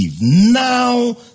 now